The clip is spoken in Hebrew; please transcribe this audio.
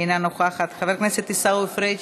אינה נוכחת, חבר הכנסת עיסאווי פריג'